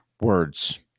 words